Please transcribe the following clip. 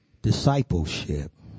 discipleship